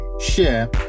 share